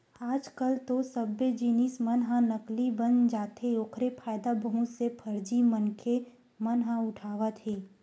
आज कल तो सब्बे जिनिस मन ह नकली बन जाथे ओखरे फायदा बहुत से फरजी मनखे मन ह उठावत हे